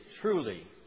truly